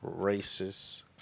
racist